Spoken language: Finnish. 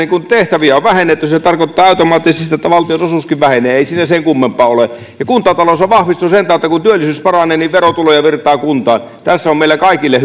kun tehtäviä on vähennetty se tarkoittaa automaattisesti sitä että valtionosuuskin vähenee ei siinä sen kummempaa ole ja kuntatalous on vahvistunut sen kautta että kun työllisyys paranee niin verotuloja virtaa kuntaan tästä on meille kaikille